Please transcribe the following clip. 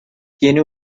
tienen